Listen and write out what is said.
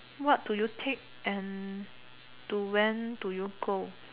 what do you take and to when do you go